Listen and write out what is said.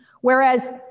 whereas